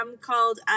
called